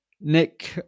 Nick